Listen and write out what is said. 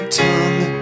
tongue